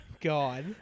God